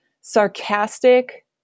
sarcastic